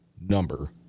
number